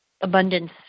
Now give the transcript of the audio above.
abundance